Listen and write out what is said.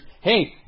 hey